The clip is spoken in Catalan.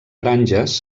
granges